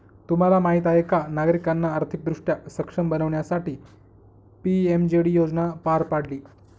तुम्हाला माहीत आहे का नागरिकांना आर्थिकदृष्ट्या सक्षम बनवण्यासाठी पी.एम.जे.डी योजना पार पाडली